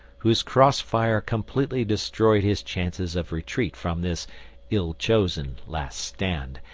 whose crossfire completely destroyed his chances of retreat from this ill-chosen last stand,